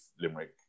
Limerick